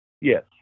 Yes